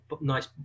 nice